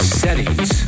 settings